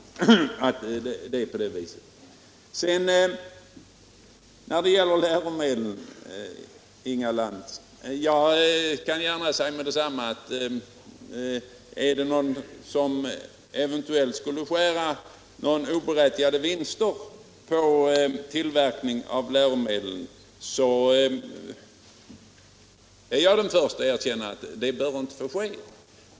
| Torsdagen den Till Inga Lantz vill jag säga när det gäller frågan om förstatligande 10 mars 1977 av läromedlen att jag är den förste att ta avstånd från att någon eventuellt i skulle kunna göra oberättigade vinster på tillverkningen av läromedel. Anslag till skolvä Något sådant bör inte få ske.